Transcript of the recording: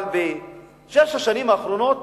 אבל בשש השנים האחרונות